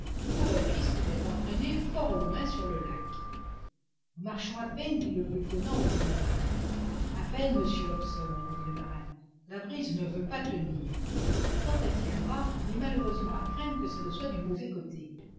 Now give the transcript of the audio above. courait risque d'être entraîné très au loin sur le lac nous marchons à peine dit le lieutenant au vieux norman à peine monsieur hobson répondit le marin la brise ne veut pas tenir et quand elle tiendra il est malheureusement à craindre que ce ne soit du mauvais côté